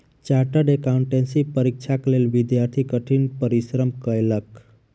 chartered accountancy परीक्षाक लेल विद्यार्थी कठिन परिश्रम कएलक